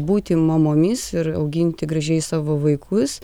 būti mamomis ir auginti gražiai savo vaikus